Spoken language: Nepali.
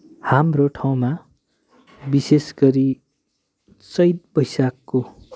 हाम्रो ठाउँमा विशेष गरी चैत बैशाखको